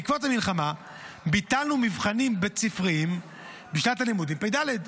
בעקבות המלחמה ביטלנו מבחנים בית ספריים בשנת הלימודים התשפ"ד,